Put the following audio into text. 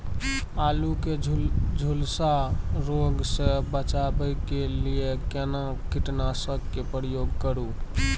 आलू के झुलसा रोग से बचाबै के लिए केना कीटनासक के प्रयोग करू